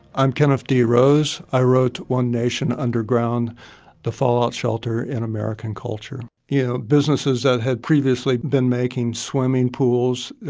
i'm kenneth d. rose, i wrote one nation underground the fallout shelter in american culture. you know, businesses that had previously been making swimming pools,